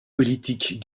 politique